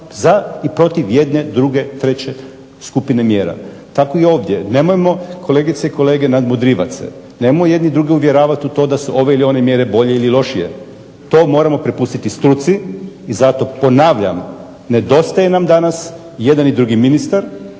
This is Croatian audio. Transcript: za i protiv jedne, druge, treće skupine mjera. Tako i ovdje, nemojmo kolegice i kolege nadmudrivati se. Nemojmo jedni druge uvjeravati u to da su ove ili one mjere bolje ili lošije. To moramo prepustiti struci i zato ponavljam nedostaje nam danas jedan i drugi ministar